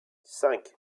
cinq